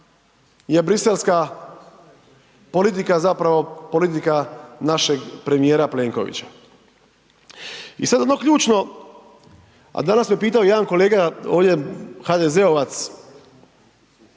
je Briselska politika zapravo politika našeg premijera Plenkovića. I sad ono ključno, a danas me pitao jedan kolega ovdje HDZ-ovac,